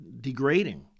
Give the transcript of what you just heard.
degrading